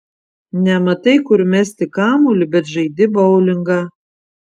nematai kur mesti kamuolį bet žaidi boulingą